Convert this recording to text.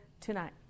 tonight